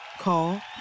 Call